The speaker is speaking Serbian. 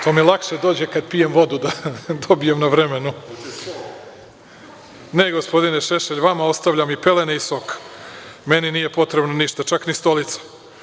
To mi lakše dođe kada pijem vodu da dobijem na vremenu. (Vojislav Šešelj, s mesta: Hoćeš sok?) Ne, gospodine Šešelj, vama ostavljam i pelene i sok, meni nije potrebno ništa, čak ni stolica.